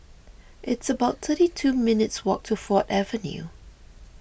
it's about thirty two minutes' walk to Ford Avenue